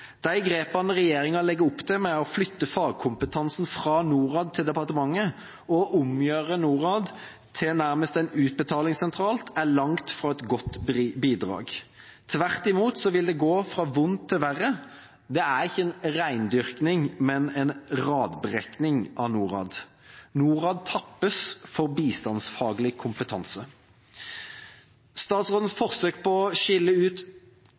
De grepene regjeringa legger opp til med å flytte fagkompetanse fra NORAD til departementet og å omgjøre NORAD til nærmest en utbetalingssentral, er langt fra noe godt bidrag. Tvert imot vil det gå fra vondt til verre. Det er ikke en rendyrking, men en radbrekning av NORAD. NORAD tappes for bistandsfaglig kompetanse. Statsrådens forsøk på å skille ut